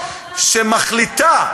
שמחליטה,